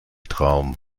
traum